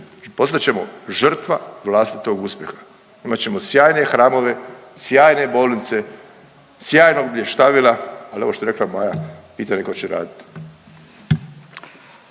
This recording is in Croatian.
postat ćemo žrtva vlastitog uspjeha, imat ćemo sjajne hramove, sjajne bolnice, sjajnog blještavila, al ovo što je rekla Maja, pitanje je ko će raditi.